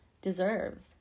deserves